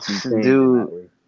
Dude